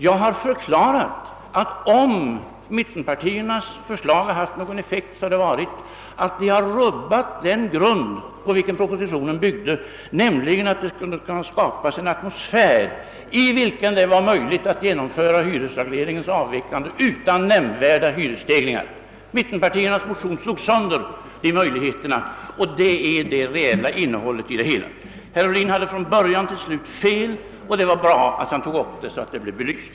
Jag har förklarat att om mittenpartiernas förslag har haft någon effekt har det varit att det rubbat den grund på vilken propositionen byggde, nämligen att det skulle kunna skapas en atmosfär i vilken det var möjligt att genomföra hyresregleringens =: avveckling utan nämnvärda hyresstegringar. Mittenpartiernas motion förstörde de möjligheterna, vilket är ett faktum. Herr Ohlin bade fel från början till slut och det var bra att han tog upp saken, så att den blev belyst.